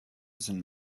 sind